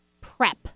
prep